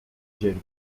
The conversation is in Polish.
ziemi